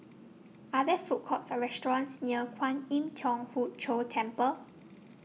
Are There Food Courts Or restaurants near Kwan Im Thong Hood Cho Temple